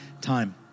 time